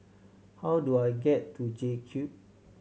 how do I get to J Cube